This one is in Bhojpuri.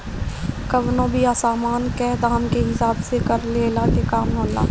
कवनो भी सामान कअ दाम के हिसाब से कर लेहला के काम होला